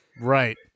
Right